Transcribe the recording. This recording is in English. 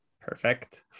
Perfect